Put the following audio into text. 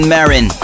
Marin